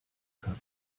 kann